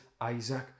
Isaac